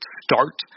start